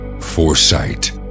foresight